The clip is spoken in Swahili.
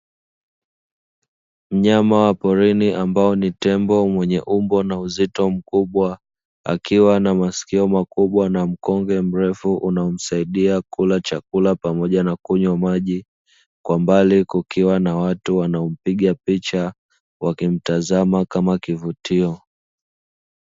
Mnyama wa porini ambaye ni tembo mwenye umbo na uzito mkubwa akiwa na masikio makubwa na mkonge mrefu unaomsaidia kula chakula pamoja na kunywa maji, kwa mbali kukiwa na watu wanaompiga picha wakimtazama kama kivutio.